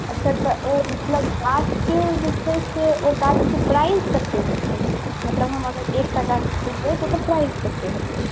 अच्छा तऽ ओ मतलब गाछके जे छै ओ गाछके प्राइस कते हेतै मतलब हमर एकटा गाछ खरीदबै तऽ ओकर प्राइस कते हेतै